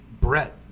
Brett